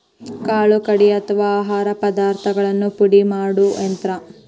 ಕಾಳು ಕಡಿ ಅಥವಾ ಆಹಾರ ಪದಾರ್ಥಗಳನ್ನ ಪುಡಿ ಮಾಡು ಯಂತ್ರ